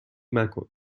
مکن